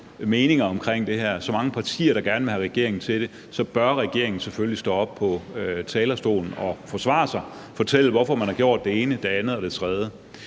meninger omkring det her og så mange partier, der gerne vil have regeringen til at gøre det, så selvfølgelig bør gå op på talerstolen og forsvare sig og fortælle, hvorfor man har gjort det ene, det andet og det tredje.